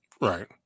Right